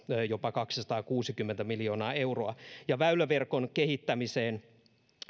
jopa kaksisataakuusikymmentä miljoonaa euroa väyläverkon kehittämiseen